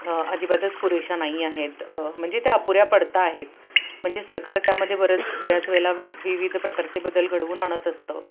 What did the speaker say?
अजिबातच पुरेशा नाही आहेत म्हणजे त्या अपुऱ्या पडत आहेत म्हणजे सरकार त्यामध्ये बरंच बऱ्याच वेळेला विविध प्रकारचे बदल घडवून आणत असतं